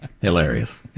hilarious